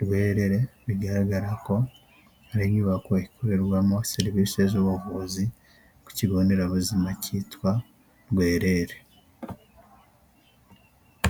rwerere '' bigaragara ko ari nyubako ikorerwamo serivisi z'ubuvuzi ku kigo nderabuzima kitwa rwerere.